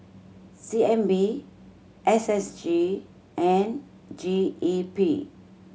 C N B S S G and G E P